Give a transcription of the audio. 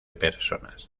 personas